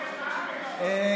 תודה רבה, אדוני היושב-ראש.